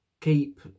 keep